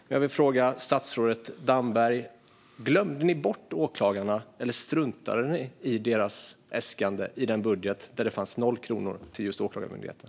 Men jag vill fråga statsrådet Damberg: Glömde ni bort åklagarna, eller struntade ni i deras äskande i den budget där det fanns noll kronor till just Åklagarmyndigheten?